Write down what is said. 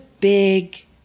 big